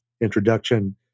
introduction